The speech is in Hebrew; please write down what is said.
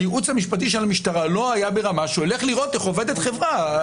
הייעוץ המשפטי של המשטרה לא היה ברמה שהולך לראות איך עובדת חברה.